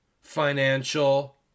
Financial